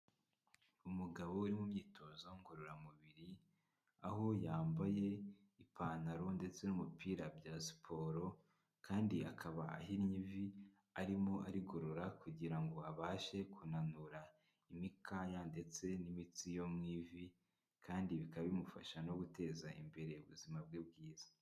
Umugabo uri mu myitozo ngororamubiri, aho yambaye ipantaro ndetse n'umupira bya siporo kandi akaba ahinnye ivi, arimo arigorora kugira ngo abashe kunanura imikaya ndetse n'imitsi yo mu ivi kandi bikaba bimufasha no guteza imbere ubuzima bwe bwiza.